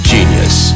Genius